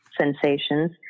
sensations